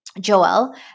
Joel